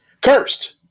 Cursed